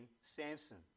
Samson